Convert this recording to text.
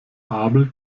abel